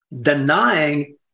denying